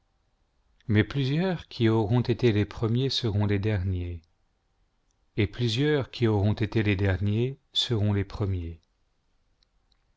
mais plusieurs qui aidaient été les premiers seront les derniers et plusieurs qui aidaient été les derniers e'oz les premiers